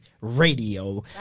Radio